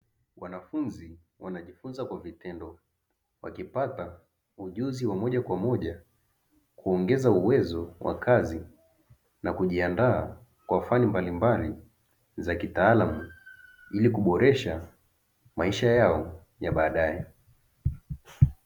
Wanafunzi wanajifunza kwa vitendo, wakipata ujuzi wa moja kwa moja kuongeza uwezo wa kazi na kujiandaa kwa fani mbalimbali za kitaalamu, ili kuboresha maisha yao ya baadaye.